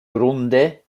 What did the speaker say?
grunde